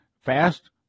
Fast